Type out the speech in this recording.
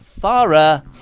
Farah